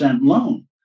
loan